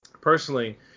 personally